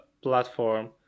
platform